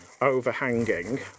overhanging